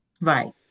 Right